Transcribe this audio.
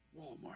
Walmart